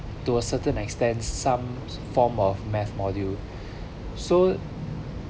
to a certain extend some form of math module so